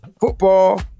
Football